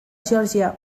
geòrgia